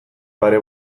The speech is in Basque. pare